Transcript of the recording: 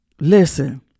Listen